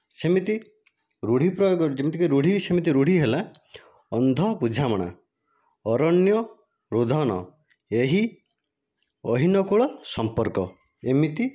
ସେମିତି ରୂଢି ପ୍ରୟୋଗ ଯେମିତିକି ରୂଢି ସେମିତି ରୂଢି ହେଲା ଅନ୍ଧ ବୁଝାମଣା ଅରଣ୍ୟ ରୋଦନ ଏହି ଅହିନକୁଳ ସମ୍ପର୍କ ଏମିତି